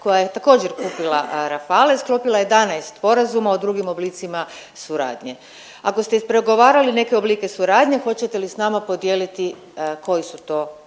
koja je također kupila Rafale sklopila 11 sporazuma o drugim oblicima suradnje. Ako ste ispregovarali neke oblike suradnje hoćete li s nama podijeliti koji su to oblici